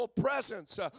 presence